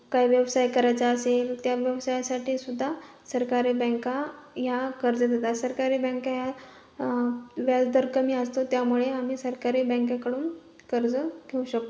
काय व्यवसाय करायचा असेल त्या व्यवसायासाठी सुद्धा सरकारी बँका ह्या कर्ज देतात सरकारी बँका ह्या व्याज दर कमी असतो त्यामुळे आम्ही सरकारी बँकाकडून कर्ज घेऊ शकतो